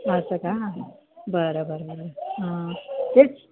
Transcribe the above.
असं का बरं बरं बरं हं तेच